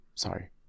Sorry